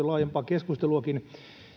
laajempaa keskusteluakin